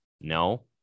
No